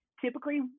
typically